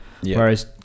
whereas